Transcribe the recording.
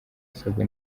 asabwa